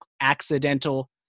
accidental